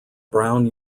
brown